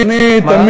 מה התקציב.